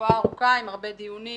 תקופה ארוכה עם הרבה דיונים.